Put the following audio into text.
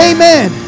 Amen